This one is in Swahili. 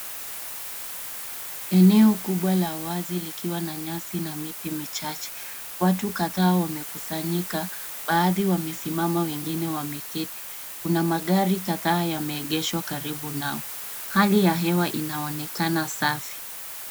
Eneo kubwa la wazi likiwa na nyasi na miti michache. Watu kadhaa wamekusanyika baadhi wamesimama na wengine wameketi. Kuna magari kadhaa yameegeshwa karibu nao. Hali ya hewa inaonekana safi.